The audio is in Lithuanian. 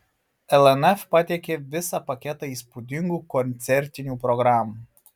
lnf pateikė visą paketą įspūdingų koncertinių programų